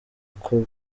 uko